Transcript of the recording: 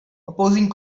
opposing